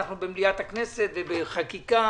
במליאת הכנסת, בחקיקה